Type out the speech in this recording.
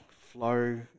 flow